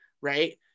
right